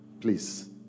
Please